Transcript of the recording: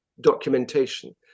documentation